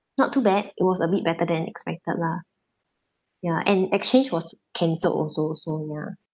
not too bad it was a bit better than expected lah ya and exchange was cancelled also so ya